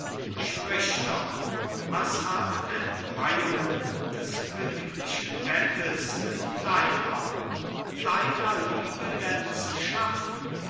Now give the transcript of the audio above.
sprich doch was haben entweihungen des königlichen bettes mit deiner deiner liebe denn zu schaffen